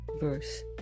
verse